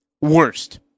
Worst